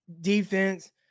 defense